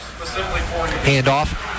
handoff